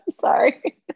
sorry